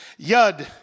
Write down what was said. Yud